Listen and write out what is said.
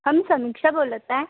हम समीक्षा बोलत आय